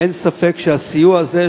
ואין ספק שהסיוע הזה,